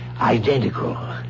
identical